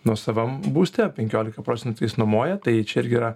nuosavam būste penkiolika procentų jis nuomoja tai čia irgi yra